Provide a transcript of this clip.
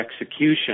execution